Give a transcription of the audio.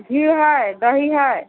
घी है दही है